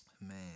man